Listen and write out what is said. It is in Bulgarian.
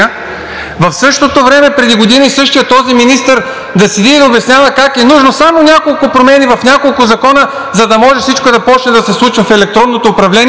В същото време преди година същият този министър да седи и да обяснява как е нужно само няколко промени в няколко закона, за да може всичко да започне да се случва в електронното управление,